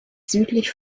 südlich